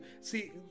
See